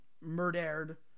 murdered